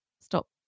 stop